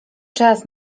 czas